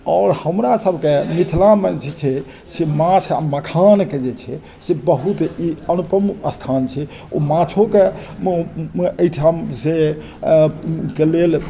आओर हमरा सबके मिथिलामे जे छै से माछ आओर मखानके जे छै से बहुत ई अनुपम स्थान छै ओ माछोके अइ ठामसँ के लेल